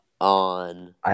on